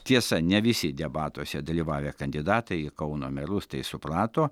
tiesa ne visi debatuose dalyvavę kandidatai į kauno merus tai suprato